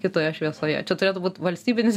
kitoje šviesoje čia turėtų būt valstybinis